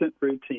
routine